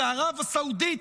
וערב הסעודית.